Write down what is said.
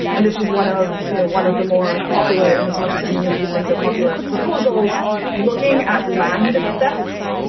and this is one of you know one of the more popular and as much as any of these things are popular proposals looking at land theft.